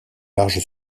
large